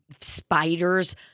spiders